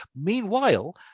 Meanwhile